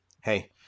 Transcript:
hey